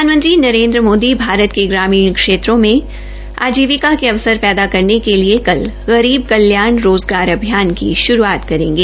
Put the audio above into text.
प्रधानमंत्री नरेन्द्र मोदी भारत के ग्रामीण क्षेत्रों में आजीविका के अवसर पैदा करने के लिए कल गरीब कल्याण रोज़गार अभियान की श्रूआत करेंगे